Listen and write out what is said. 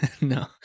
no